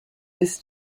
this